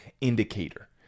indicator